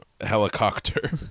helicopter